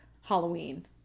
Halloween